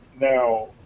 Now